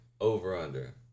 over-under